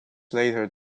later